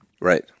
Right